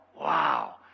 wow